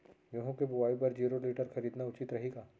गेहूँ के बुवाई बर जीरो टिलर खरीदना उचित रही का?